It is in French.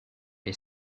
les